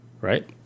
right